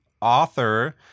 author